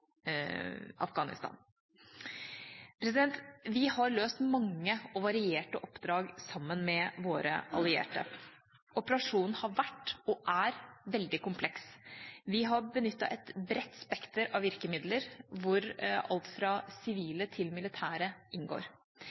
Afghanistan. Vi har løst mange og varierte oppdrag sammen med våre allierte. Operasjonen har vært og er veldig kompleks. Vi har benyttet et bredt spekter av virkemidler, hvor alt fra sivile til militære inngår.